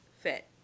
fit